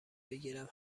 بگیرم